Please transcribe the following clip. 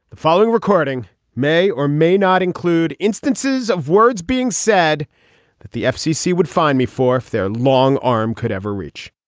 the following recording may or may not include instances of words being said that the fcc would find me for their long arm could ever reach,